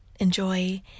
enjoy